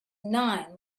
nine